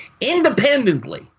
independently